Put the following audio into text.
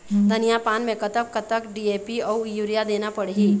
धनिया पान मे कतक कतक डी.ए.पी अऊ यूरिया देना पड़ही?